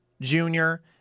junior